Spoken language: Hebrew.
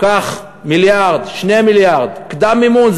קח מיליארד, 2 מיליארד, קדם מימון.